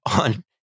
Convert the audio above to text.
on